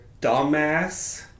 dumbass